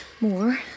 More